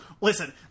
Listen